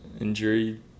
injury